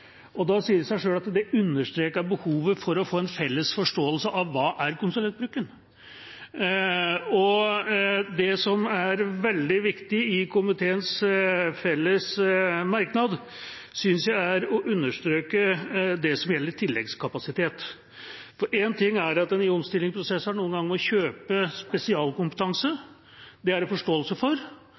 Det sier seg selv at det understreker behovet for å få en felles forståelse av hva konsulentbruken er. Det som er veldig viktig i komiteens felles merknad, synes jeg er å understreke det som gjelder tilleggskapasitet. Én ting er at en i omstillingsprosesser noen ganger må kjøpe spesialkompetanse, det er det forståelse for.